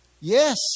Yes